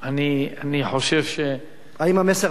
אני חושב האם המסר עבר?